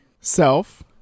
self